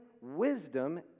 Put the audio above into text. wisdom